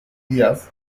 diaz